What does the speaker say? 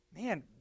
man